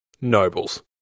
nobles